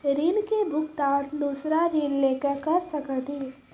ऋण के भुगतान दूसरा ऋण लेके करऽ सकनी?